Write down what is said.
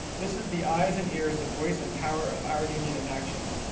this is the eyes and ears, the voice and power of our union in action.